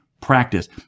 practice